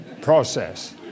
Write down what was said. process